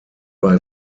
bei